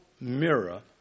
mirror